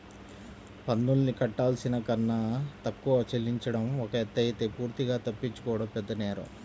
పన్నుల్ని కట్టాల్సిన కన్నా తక్కువ చెల్లించడం ఒక ఎత్తయితే పూర్తిగా తప్పించుకోవడం పెద్దనేరం